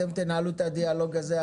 אתם תנהלו את הדיאלוג הזה,